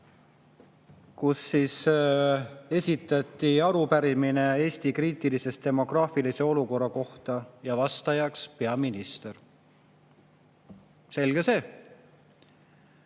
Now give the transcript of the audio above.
kus esitati arupärimine Eesti kriitilise demograafilise olukorra kohta, vastajaks peaminister. Selge see,